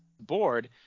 board –